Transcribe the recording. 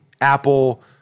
Apple